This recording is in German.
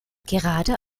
gerade